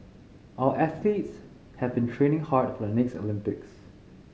our athletes have been training hard for the next Olympics